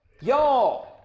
y'all